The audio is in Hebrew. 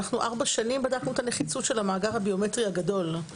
אנחנו 4 שנים בדקנו את הנחיצות של המאגר הביומטרי הגדול.